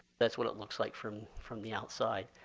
that's what it looks like from from the outside.